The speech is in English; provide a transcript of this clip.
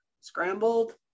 scrambled